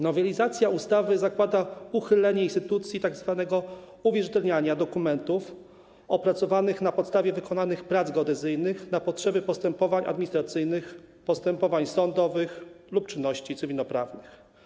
Nowelizacja ustawy zakłada uchylenie instytucji tzw. uwierzytelniania dokumentów opracowanych na podstawie wykonanych prac geodezyjnych na potrzeby postępowań administracyjnych, postępowań sądowych lub czynności cywilnoprawnych.